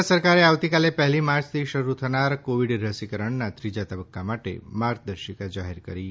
કેન્દ્ર સરકારે આવતીકાલે પહેલી માર્ચથી શરૂ થનારા કોવિડ રસીકરણના ત્રીજા તબક્કા માટે માર્ગદર્શિકા જાહેર કરી છે